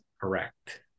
Correct